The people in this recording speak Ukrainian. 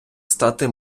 стати